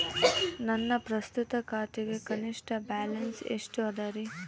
ನನ್ನ ಪ್ರಸ್ತುತ ಖಾತೆಗೆ ಕನಿಷ್ಠ ಬ್ಯಾಲೆನ್ಸ್ ಎಷ್ಟು ಅದರಿ?